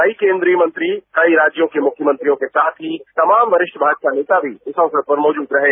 कई केन्द्रीय मंत्री कई राज्यों के मुख्यमंत्रियों के साथ ही तमाम वरिष्ठ भाजपा नेता भी इस अवसर पर मौजूद रहें